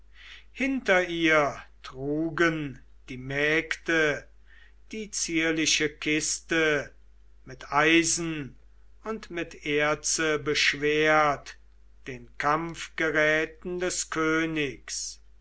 hinter ihr trugen die mägde die zierliche kiste mit eisen und mit erze beschwert den kampfgeräten des königs